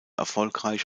erfolgreich